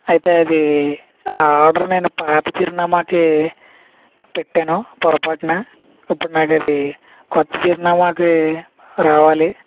అయితే అదీ ఆ ఆర్డర్ నేను పాత చిరునామాకి పెట్టాను పొరపాటున ఇప్పుడు నాకు అది క్రొత్త చిరునామాకి రావాలి